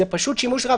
זה פשוט שימוש רע.